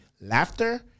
laughter